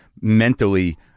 mentally